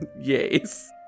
Yes